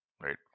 Right